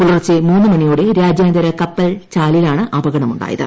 പുലർച്ചെ മൂന്നു മണിയോടെ രാജ്യാന്തര കപ്പൽ ചാലിലാണ് അപകടം ഉ ായത്